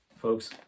Folks